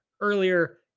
earlier